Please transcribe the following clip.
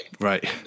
right